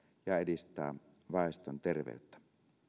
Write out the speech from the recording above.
ja edistää väestön terveyttä